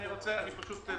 הצעה לסדר.